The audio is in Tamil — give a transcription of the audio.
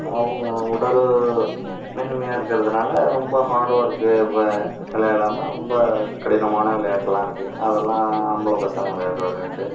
அவங்க உடல் மென்மையாருக்கிறதுனால ரொம்ப ஹார்ட்ஒர்க்கு விளையாடாமல் ரொம்ப கடினமான விளையாட்டெல்லாம் இருக்குது அதெல்லாம் ஆம்பளை பசங்க விளையாடற விளையாட்டு